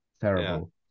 Terrible